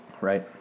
right